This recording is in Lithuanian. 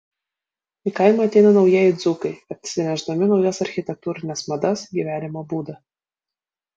į kaimą ateina naujieji dzūkai atsinešdami naujas architektūrines madas gyvenimo būdą